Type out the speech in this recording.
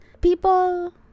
people